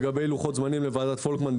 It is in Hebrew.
לגבי לוחות זמנים לוועדת פולקמן,